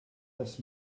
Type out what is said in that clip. das